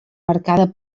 marcada